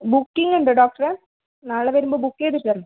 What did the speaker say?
booking ഉണ്ടോ ഡോക്ടറെ നാളെ വരുമ്പോൾ ബുക്ക് ചെയ്തിട്ട് വരണോ